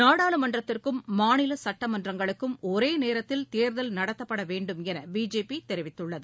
நாடாளுமன்றத்திற்கும் மாநிலசட்டமன்றங்களுக்கும் ஒரேநேரத்தில் தேர்தல் நடத்தப்படவேண்டுமெனபிஜேபிதெரிவித்துள்ளது